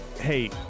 hey